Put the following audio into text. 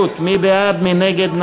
מי בעד, מי נגד?